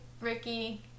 Ricky